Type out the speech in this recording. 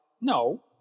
No